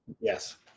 yes